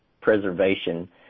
preservation